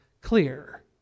clear